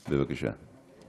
בבקשה.